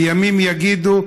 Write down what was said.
וימים יגידו.